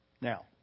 Now